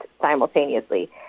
simultaneously